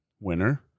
winner